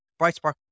Brightspark